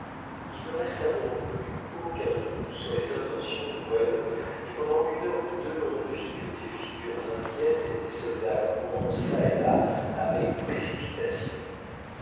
il ne resta donc plus aucun doute sur les intentions de webb et pendant une heure ou deux on ne vit que des figures inquiètes et des soldats courant çà et là avec précipitation